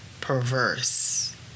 perverse